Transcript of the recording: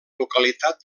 localitat